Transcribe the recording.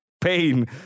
pain